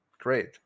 Great